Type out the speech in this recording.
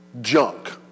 junk